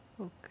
Okay